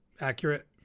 accurate